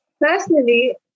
Personally